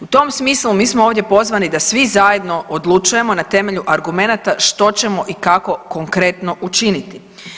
U tom smislu mi smo ovdje pozvani da svi zajedno odlučujemo na temelju argumenata što ćemo i kako konkretno učiniti.